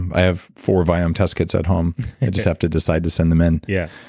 and i have four viome test kits at home, i just have to decide to send them in. yeah